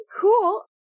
Cool